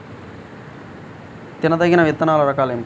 తినదగిన విత్తనాల రకాలు ఏమిటి?